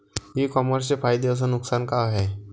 इ कामर्सचे फायदे अस नुकसान का हाये